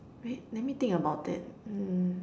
wait let me think about it hmm